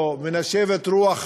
או מנשבת רוח